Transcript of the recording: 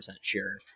sure